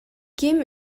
ким